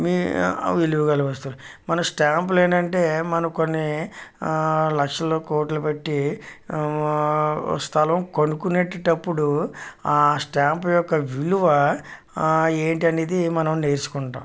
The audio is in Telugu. మీ విలువ గల వస్తువులు మన స్టాంపులు ఏంటంటే మన కొన్ని లక్షలు కోట్లు పెట్టి స్థలం కొనుకొనేటప్పుడు ఆ స్టాంప్ యొక్క విలువ ఏంటి అనేది మనం నేర్చుకుంటాం